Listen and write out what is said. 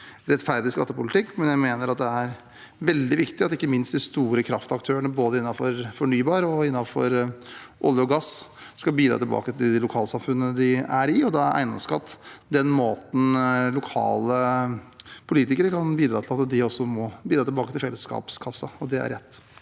har en rettferdig skattepolitikk. Jeg mener det er veldig viktig at ikke minst de store kraftaktørene både innenfor fornybarområdet og innenfor olje og gass skal bidra tilbake til de lokalsamfunnene de er i. Da er eiendomsskatt den måten lokale politikere også kan bidra til fellesskapskassen, og det er rett.